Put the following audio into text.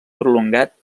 prolongat